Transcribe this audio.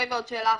שאלה אחרונה,